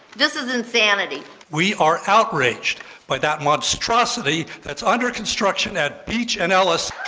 this is insanity we are outraged by that monstrosity that's under construction at beach and ellis